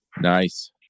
nice